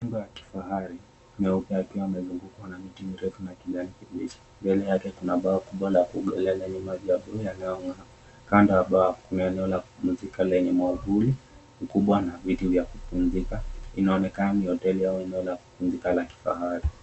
Nyumba ya kifahari nyuma yake ikiwa imezungukwa na miti mirefu na kijanikibichi. Mbele yake kuna bwawa kubwa la kuogelea lenye maji ya buluu yanayong'aa. Kando ya bwawa kuna eneo la kupumzika lenye mwavuli mkubwa na viti vya kupumzika. Inaonekana ni hoteli au eneo la kupumzika la kifahari.